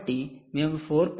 కాబట్టి మేము 4